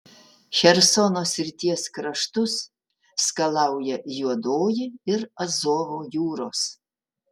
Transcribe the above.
chersono srities kraštus skalauja juodoji ir azovo jūros